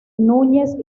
núñez